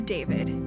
David